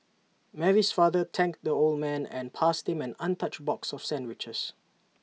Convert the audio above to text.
Mary's father thanked the old man and passed him an untouched box of sandwiches